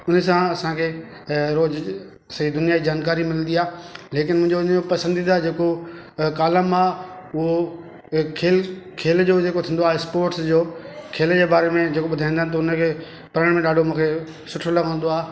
उनसां असांखे अ रोज सॼी दुनिया जी जानकारी मिलंदी आहे लेकिन मुंहिंजो उनजो पसंदीदा जेको अ कालम आहे उहो अ खेल खेल जो जेको थींदो आहे स्पोर्ट्स जो खेल जे बारे में जेको ॿुधाईंदा आहिनि त उनखे पढ़ण में ॾाढो मूंखे सुठो लॻंदो आहे